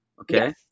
Okay